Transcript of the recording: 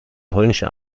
polnische